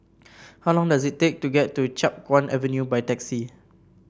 how long does it take to get to Chiap Guan Avenue by taxi